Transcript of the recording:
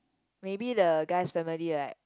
maybe the guy's family right